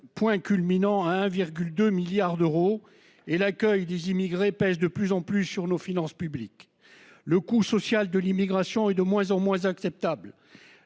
point culminant à 1,2 milliards d'euros et l'accueil des immigrés pèse de plus en plus sur nos finances publiques, le coût social de l'immigration et de moins en moins acceptable.